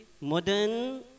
modern